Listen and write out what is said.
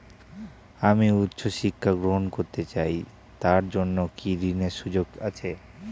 আমি উচ্চ শিক্ষা গ্রহণ করতে চাই তার জন্য কি ঋনের সুযোগ আছে?